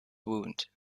wound